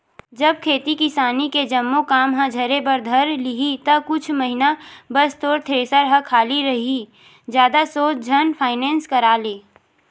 जब खेती किसानी के जम्मो काम ह झरे बर धर लिही ता कुछ महिना बस तोर थेरेसर ह खाली रइही जादा सोच झन फायनेंस करा ले